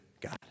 God